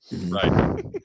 Right